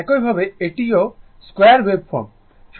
একইভাবে এটাও 2ওয়েভফর্ম